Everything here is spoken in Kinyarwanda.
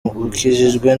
ukijijwe